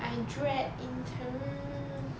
I dread intern